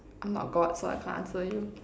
I'm not god so I can't answer you